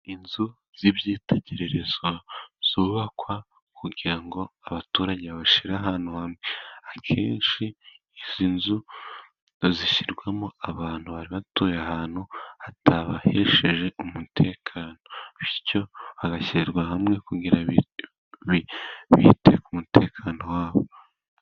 Inzu z'ibyitegererezo zubakwa kugira ngo abaturage babashyire ahantu hamwe. Akenshi izi nzu zishyirwamo abantu bari batuye ahantu hatabahesheje umutekano. Bityo bagashyirwa hamwe kugira ngo bite ku mutekano wabo.